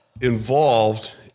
involved